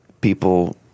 people